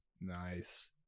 Nice